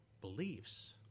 beliefs